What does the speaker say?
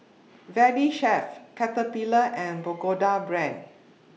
Valley Chef Caterpillar and Pagoda Brand